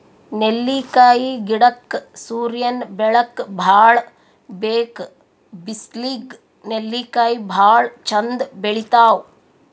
ನೆಲ್ಲಿಕಾಯಿ ಗಿಡಕ್ಕ್ ಸೂರ್ಯನ್ ಬೆಳಕ್ ಭಾಳ್ ಬೇಕ್ ಬಿಸ್ಲಿಗ್ ನೆಲ್ಲಿಕಾಯಿ ಭಾಳ್ ಚಂದ್ ಬೆಳಿತಾವ್